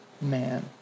man